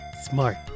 Smart